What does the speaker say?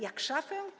Jak szafę?